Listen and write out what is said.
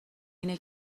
اینه